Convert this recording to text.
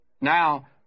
Now